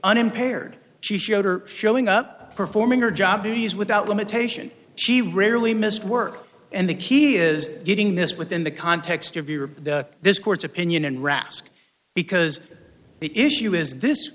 unimpaired she showed her showing up performing her job duties without limitation she rarely missed work and the key is getting this within the context of your this court's opinion and rask because the issue is this